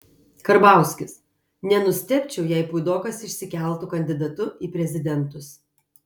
karbauskis nenustebčiau jei puidokas išsikeltų kandidatu į prezidentus